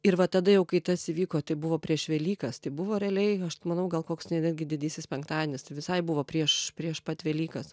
ir va tada jau kai tas įvyko tai buvo prieš velykas tai buvo realiai aš manau gal koks tai netgi didysis penktadienis tai visai buvo prieš prieš pat velykas